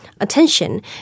attention